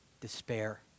despair